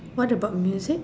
what about music